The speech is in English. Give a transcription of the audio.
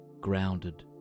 grounded